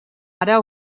ara